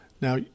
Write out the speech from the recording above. Now